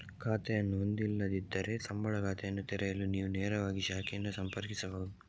ಖಾತೆಯನ್ನು ಹೊಂದಿಲ್ಲದಿದ್ದರೆ, ಸಂಬಳ ಖಾತೆಯನ್ನು ತೆರೆಯಲು ನೀವು ನೇರವಾಗಿ ಶಾಖೆಯನ್ನು ಸಂಪರ್ಕಿಸಬಹುದು